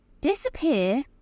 Disappear